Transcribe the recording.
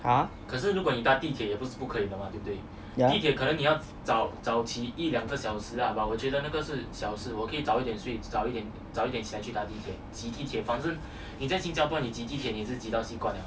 yeah